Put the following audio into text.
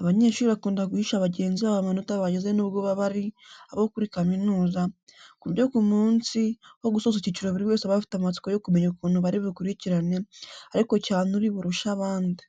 abanyeshuri bakunda guhisha bagenzi babo amanota bagize n'ubwo baba ari abo muri kaminuza, ku buryo ku munsi wo gusoza icyiciro buri wese aba afite amatsiko yo kumenya ukuntu bari bukurikirane, ariko cyane uri burushe abandi.